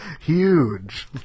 Huge